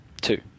two